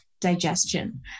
digestion